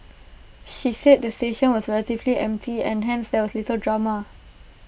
she said the station was relatively empty and hence there was little drama